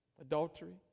Adultery